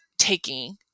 Taking